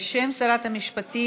בשם שרת המשפטים,